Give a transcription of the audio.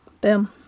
Boom